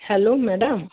hello madam